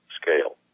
scale